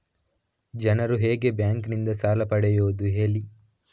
ಜನರು ಹೇಗೆ ಬ್ಯಾಂಕ್ ನಿಂದ ಸಾಲ ಪಡೆಯೋದು ಹೇಳಿ